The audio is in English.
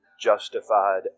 justified